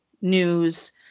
news